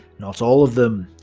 not all of them.